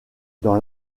dans